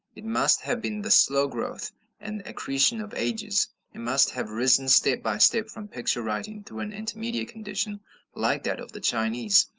it must have been the slow growth and accretion of ages it must have risen step by step from picture-writing through an intermediate condition like that of the chinese,